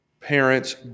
parents